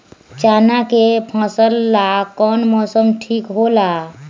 चाना के फसल ला कौन मौसम ठीक होला?